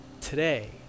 today